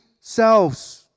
selves